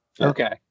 Okay